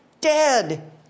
dead